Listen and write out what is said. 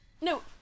No